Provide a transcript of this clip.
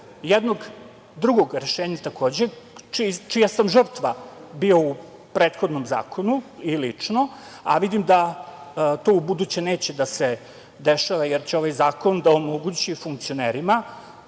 jednog drugog rešenja, čija sam žrtva bio u prethodnom zakonu i lično, a vidim da to ubuduće neće da se dešava, jer će ovaj zakon da omogući funkcionerima